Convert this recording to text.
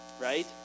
right